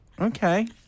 Okay